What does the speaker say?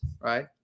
right